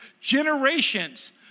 generations